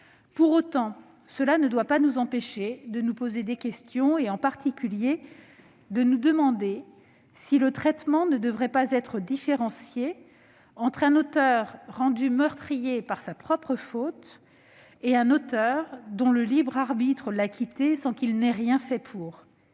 Pour autant, cela ne doit pas nous empêcher de nous poser des questions et, en particulier, de nous demander si l'approche mise en oeuvre ne devrait pas être différenciée entre un auteur rendu meurtrier par sa propre faute et un auteur que le libre arbitre a quitté sans qu'il ait rien fait pour.